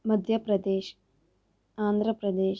Madhya Pradesh Andhra Pradesh